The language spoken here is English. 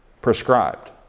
prescribed